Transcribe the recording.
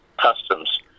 customs